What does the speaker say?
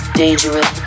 dangerous